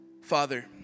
Father